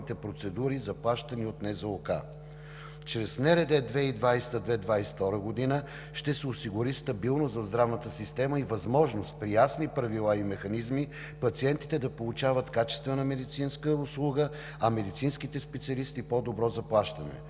възможност при ясни правила и механизми пациентите да получават качествена медицинска услуга, а медицинските специалисти по-добро заплащане.